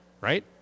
Right